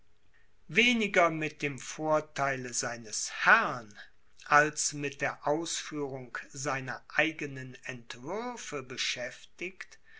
weniger mit dem vortheile seines herrn als mit ausführung seiner eigenen entwürfe beschäftigt